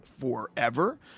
forever